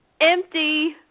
Empty